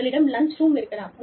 உங்களிடம் lunch room இருக்கலாம்